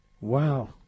Wow